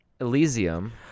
Elysium